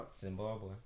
Zimbabwe